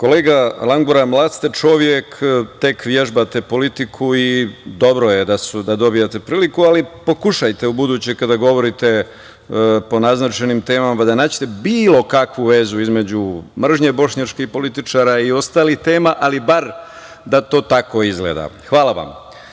Kolega Langura, mlad ste čovek, tek vežbate politiku i dobro je da dobijate priliku, ali pokušajte ubuduće kada govorite po naznačenim temama da nađete bilo kakvu vezu između mržnje bošnjačkih političara i ostalih tema, ali bar da to tako izgleda. Hvala